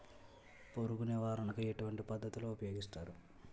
పురుగు నివారణ కు ఎటువంటి పద్ధతులు ఊపయోగిస్తారు?